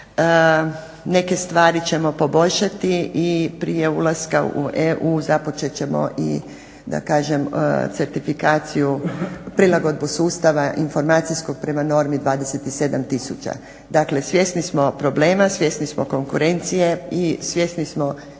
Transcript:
Neke stvari ćemo poboljšati i prije ulaska u EU započet ćemo i da kažem certifikaciju prilagodbe sustava informacijskog prema normi 27 tisuća. Dakle, svjesni smo problema, svjesni smo konkurencije i svjesni smo svih